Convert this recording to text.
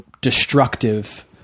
destructive